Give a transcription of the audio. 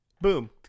boom